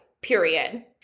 period